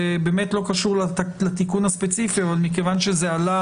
זה באמת לא קשור לתיקון הספציפי הזה אבל זה עלה